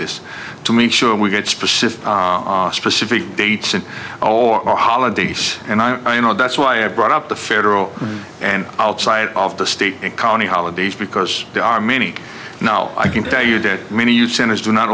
this to mean sure we get specific specific dates in all our holidays and i know that's why i brought up the federal and outside of the state and county holidays because there are many now i can tell you that many youth centers do not